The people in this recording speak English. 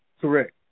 correct